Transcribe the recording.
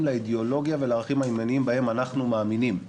לאידאולוגיה ולערכים הימניים בהם אנחנו מאמינים.